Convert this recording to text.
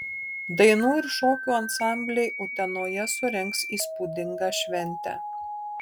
dainų ir šokių ansambliai utenoje surengs įspūdingą šventę